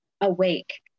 awake